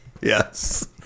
Yes